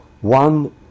one